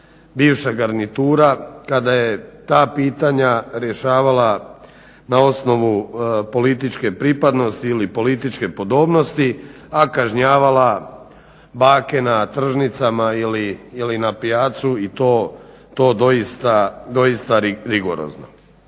bivša garnitura kada je ta pitanja rješavala na osnovu političke pripadnosti ili političke podobnosti, a kažnjavala bake na tržnicama ili na pjaci i to doista rigorozno.